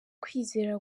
kwizera